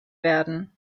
werden